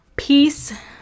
Peace